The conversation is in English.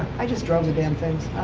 i just drove the damn things.